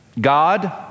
God